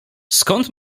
skąd